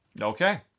Okay